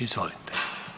Izvolite.